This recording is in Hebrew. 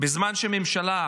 בזמן שהממשלה,